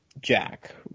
Jack